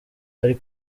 hari